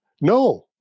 No